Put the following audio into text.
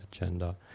agenda